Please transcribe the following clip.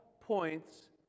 points